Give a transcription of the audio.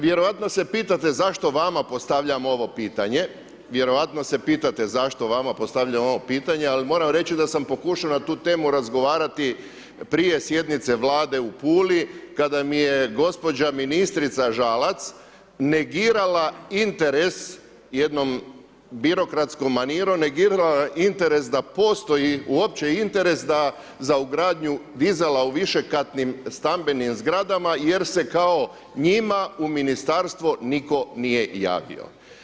Vjerojatno se pitate zašto vama postavljam ovo pitanje, vjerojatno se pitate zašto vama postavljam ovo pitanje, al' moram reći da sam pokušao na tu temu razgovarati prije sjednice Vlade u Puli, kada mi je gospođa ministrica Žalac, negirala interes, jednom birokratskom manirom, negirala interes da postoji, uopće interes, da, za ugradnju dizala u višekatnim stambenim zgradama, jer se kao, njima u Ministarstvo, nitko nije javio.